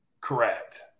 Correct